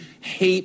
hate